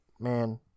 Man